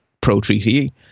pro-treaty